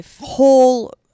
whole